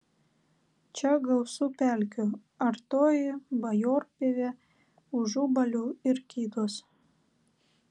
čia gausu pelkių artoji bajorpievė užubalių ir kitos